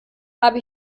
habe